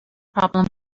problem